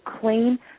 clean